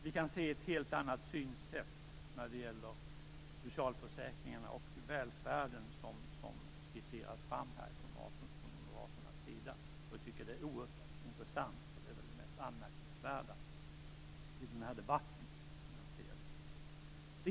Vi kan se att ett helt annat synsätt när det gäller socialförsäkringarna och välfärden skisseras fram från Moderaternas sida. Jag tycker att det är oerhört intressant. Det är väl det mest anmärkningsvärda i denna debatt, som jag ser det.